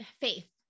faith